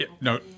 No